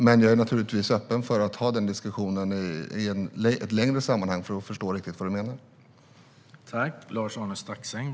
Men jag är naturligtvis öppen för att ha den diskussionen i ett längre sammanhang för att riktigt förstå vad du menar, Lars-Arne Staxäng